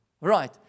Right